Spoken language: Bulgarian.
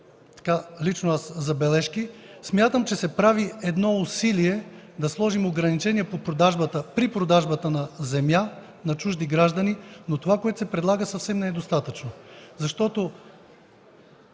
аз също имам забележки. Смятам, че се прави едно усилие да сложим ограничение при продажбата на земя на чужди граждани, но това, което се предлага, съвсем не е достатъчно.